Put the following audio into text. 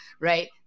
right